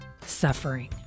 suffering